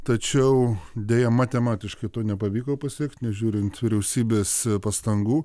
tačiau deja matematiškai to nepavyko pasiekt nežiūrint vyriausybės pastangų